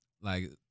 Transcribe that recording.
Like-